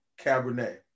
Cabernet